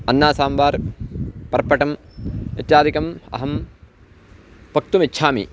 अन्ना साम्बार् पर्पटम् इत्यादिकम् अहं पक्तुमिच्छामि